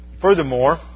Furthermore